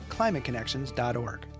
ClimateConnections.org